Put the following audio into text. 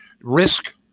risk